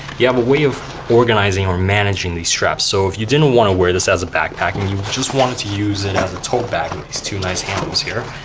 you have a way of organizing or managing these straps. so if you didn't want to wear this as a backpack, and you just wanted to use it as a tote bag two nice handles here,